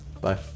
Bye